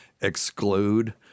exclude